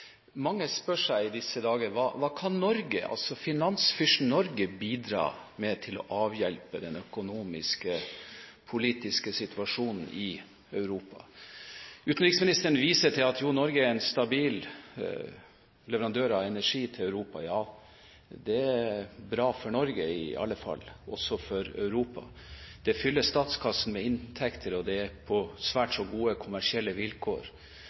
Mange spør seg i disse dager hva finansfyrsten Norge kan bidra med for å avhjelpe den økonomiske og politiske situasjonen i Europa. Utenriksministeren viser til at Norge er en stabil leverandør av energi til Europa. Ja, det er bra – for Norge i alle fall, men også for Europa. Det fyller statskassen med inntekter og det på svært så gode kommersielle vilkår.